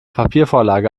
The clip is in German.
papiervorlage